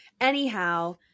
Anyhow